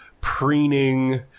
preening